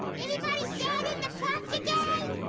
anybody sad in the park today?